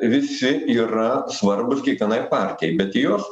visi yra svarbūs kiekvienai partijai bet jos